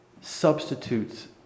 substitutes